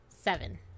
seven